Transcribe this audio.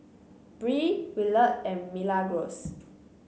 Bree Willard and Milagros